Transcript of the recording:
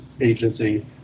agency